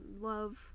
love